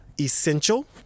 essential